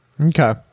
Okay